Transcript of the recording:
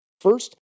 First